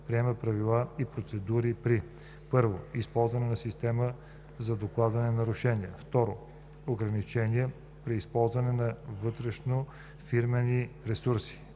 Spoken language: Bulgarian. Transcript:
приема правила и процедури при: 1. използване на система за докладване на нарушения; 2. ограничения при използване на вътрешнофирмени ресурси;